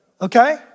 okay